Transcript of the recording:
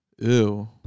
Ew